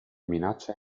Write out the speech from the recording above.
minaccia